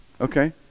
Okay